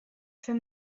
für